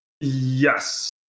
Yes